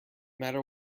matter